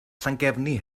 llangefni